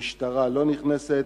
המשטרה לא נכנסת,